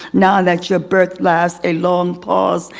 now let your birth last a long pause.